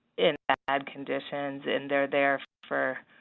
in bad conditions and they're there for